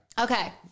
Okay